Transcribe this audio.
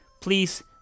please